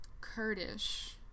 Kurdish